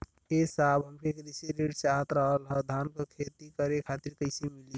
ए साहब हमके कृषि ऋण चाहत रहल ह धान क खेती करे खातिर कईसे मीली?